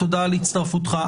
הצטרפותך.